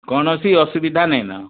କୌଣସି ଅସୁବିଧା ନେଇନ